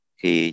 Khi